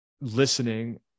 listening